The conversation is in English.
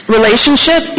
Relationship